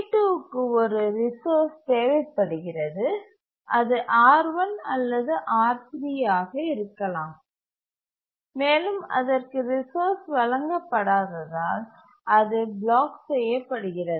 T2க்கு ஒரு ரிசோர்ஸ் தேவைப்படுகிறது அது R1 அல்லது R3 ஆக இருக்கலாம் மேலும் அதற்கு ரிசோர்ஸ் வழங்க படாததால் அது ப்ளாக் செய்ய படுகிறது